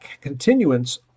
continuance